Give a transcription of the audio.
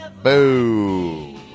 Boo